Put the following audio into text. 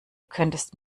könntest